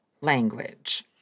language